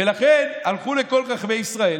ולכן הלכו לכל חכמי ישראל.